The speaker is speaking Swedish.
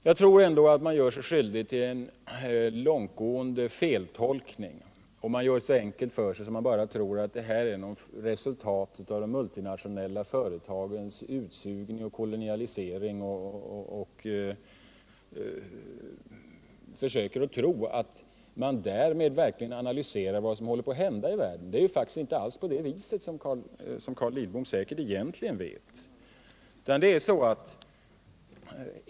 Jag tror ändå att man gör sig skyldig till en långtgående feltolkning, om man gör det så enkelt för sig att man ser detta bara som ett resultat av multinationella företags utsugning och kolonialisering och tror att man därmed verkligen analyserar vad som håller på att hända i världen. Det är faktiskt inte på det viset, vilket Carl Lidbom säkert egentligen vet.